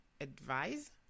Advise